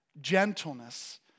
gentleness